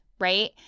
right